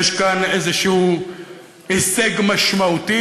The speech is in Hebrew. יש כאן איזה הישג משמעותי,